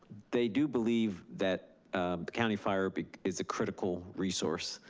they do believe that county fire is a critical resource.